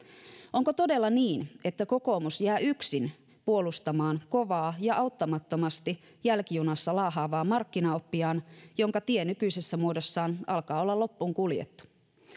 onko todella niin että kokoomus jää yksin puolustamaan kovaa ja auttamattomasti jälkijunassa laahaavaa markkinaoppiaan jonka tie nykyisessä muodossaan alkaa olla loppuun kuljettu